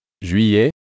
Juillet